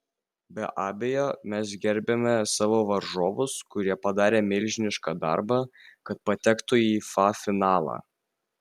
be abejo mes gerbiame savo varžovus kurie padarė milžinišką darbą kad patektų į fa finalą